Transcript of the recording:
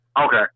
Okay